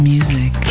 Music